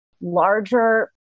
larger